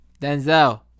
Denzel